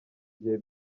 gihe